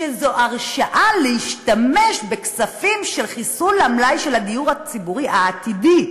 שזו הרשאה להשתמש בכספים של חיסול המלאי של הדיור הציבורי העתידי.